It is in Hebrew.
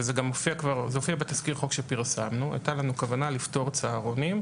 וזה הופיע בתזכיר חוק שפרסמנו הייתה לנו כוונה לפטור צהרונים,